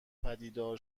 پدیدار